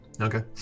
Okay